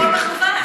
הכול מקריות?